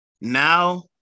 Now